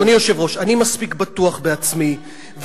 אדוני היושב-ראש, אני מספיק בטוח בעצמי,